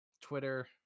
Twitter